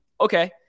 Okay